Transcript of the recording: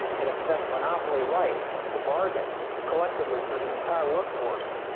in effect, monopoly rights to bargain collectively for the entire work force,